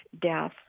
death